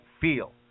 feel